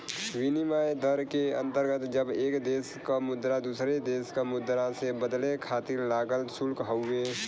विनिमय दर के अंतर्गत जब एक देश क मुद्रा दूसरे देश क मुद्रा से बदले खातिर लागल शुल्क हउवे